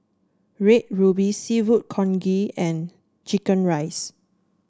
Red Ruby seafood congee and chicken rice